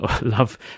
love